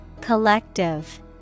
Collective